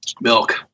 Milk